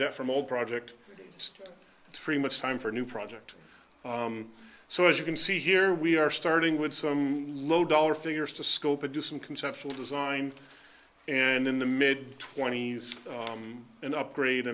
debt from all project it's pretty much time for a new project so as you can see here we are starting with some low dollar figures to scope and do some conceptual design and in the mid twenty's and upgrad